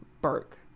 Burke